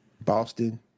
Boston